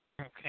Okay